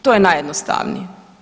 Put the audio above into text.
To je najjednostavnije.